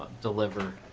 deliver.